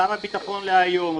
שר הביטחון דהיום,